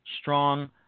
strong